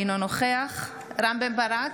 אינו נוכח רם בן ברק,